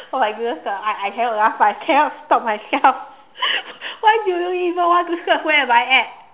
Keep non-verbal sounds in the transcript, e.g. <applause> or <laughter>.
oh my goodness ah I I cannot laugh ah I cannot stop myself <laughs> why do you even want to surf where am I at